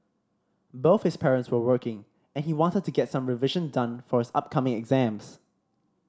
both his parents were working and he wanted to get some revision done for his upcoming exams